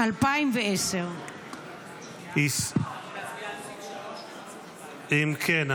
2010. אם כן,